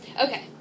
okay